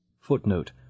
Footnote